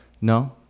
No